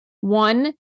One